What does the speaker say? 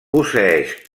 posseeix